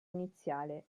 iniziale